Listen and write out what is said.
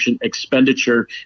expenditure